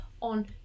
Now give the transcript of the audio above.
on